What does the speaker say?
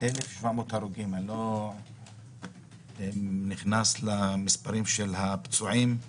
ואני לא נכנס למספר הפצועים,